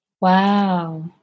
Wow